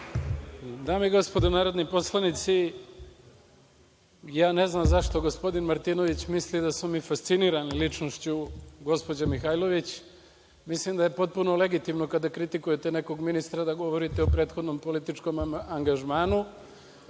Dame i gospodo narodni poslanici, ne znam zašto gospodin Martinović misli da smo mi fascinirani ličnošću gospođe Mihajlović. Mislim da je potpuno legitimno kada kritikujete nekog ministra da govorite o prethodnom političkom angažmanu.